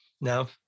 No